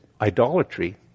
idolatry